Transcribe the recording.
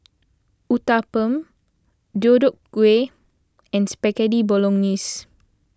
Uthapam Deodeok Gui and Spaghetti Bolognese